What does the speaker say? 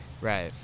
Right